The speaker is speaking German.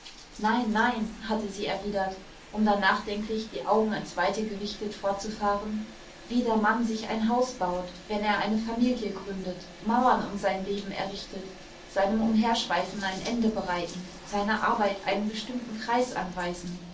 nein nein hatte sie erwidert um dann nachdenklich die augen ins weite gerichtet fortzufahren wie der mann sich ein haus baut wenn er eine familie gründet mauern um sein leben errichtet seinem umherschweifen ein ende bereitend seiner arbeit einen bestimmten kreis anweisend